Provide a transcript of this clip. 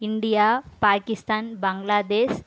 India Pakistan Bangladesh